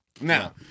Now